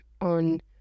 on